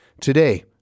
Today